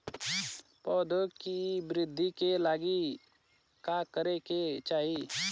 पौधों की वृद्धि के लागी का करे के चाहीं?